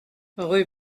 rue